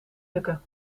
lukken